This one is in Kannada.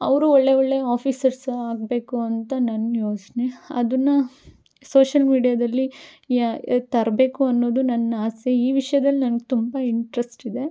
ಅವರೂ ಒಳ್ಳೆ ಒಳ್ಳೆಯ ಆಫೀಸರ್ಸ್ ಆಗಬೇಕು ಅಂತ ನನ್ನ ಯೋಚನೆ ಅದನ್ನು ಸೋಷಲ್ ಮೀಡ್ಯಾದಲ್ಲಿ ತರಬೇಕು ಅನ್ನೋದು ನನ್ನ ಆಸೆ ಈ ವಿಷ್ಯದಲ್ಲಿ ನನ್ಗೆ ತುಂಬ ಇಂಟ್ರೆಸ್ಟ್ ಇದೆ